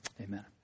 Amen